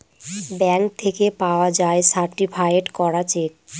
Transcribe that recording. bank থেকে পাওয়া যায় সার্টিফায়েড করা চেক